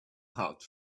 hot